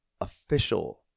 official